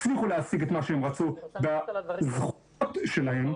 הם הצליחו להשיג את מה שהם רצו בזכויות שלהם,